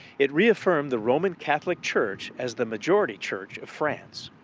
it reaffirmed the roman catholic church as the majority church of france.